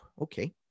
Okay